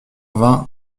vingt